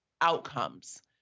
outcomes